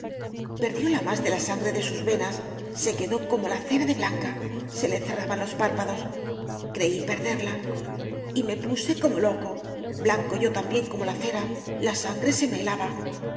perdió la más de la sangre de sus venas se quedó como la cera de blanca se le cerraban los párpados creí perderla y me puse como loco blanco yo también como la cera la sangre se me helaba